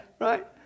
right